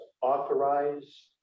authorize